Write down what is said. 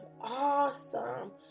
awesome